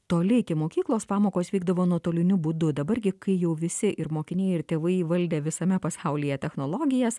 toli iki mokyklos pamokos vykdavo nuotoliniu būdu dabar gi kai jau visi ir mokiniai ir tėvai įvaldę visame pasaulyje technologijas